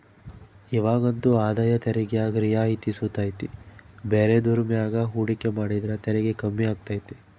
ಇವಾಗಂತೂ ಆದಾಯ ತೆರಿಗ್ಯಾಗ ರಿಯಾಯಿತಿ ಸುತ ಐತೆ ಬೇರೆದುರ್ ಮ್ಯಾಗ ಹೂಡಿಕೆ ಮಾಡಿದ್ರ ತೆರಿಗೆ ಕಮ್ಮಿ ಆಗ್ತತೆ